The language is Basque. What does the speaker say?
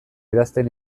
idazten